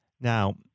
Now